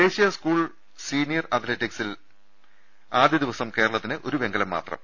ദേശീയ school senior അത്ലറ്റിക്സിൽ ആദ്യദിവസം കേരളത്തിന് ഒരു വെങ്കലം മാത്രം